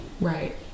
Right